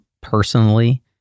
personally